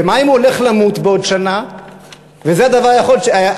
ומה אם הוא הולך למות בעוד שנה וזה הדבר היחיד